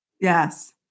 Yes